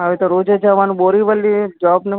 હવે તો રોજે જવાનું બોરિવલી જોબને